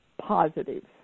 positives